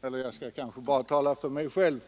fick nyttiga intryck; men jag kanske bara skall tala för mig själv.